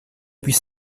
depuis